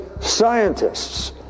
scientists